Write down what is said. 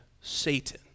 Satan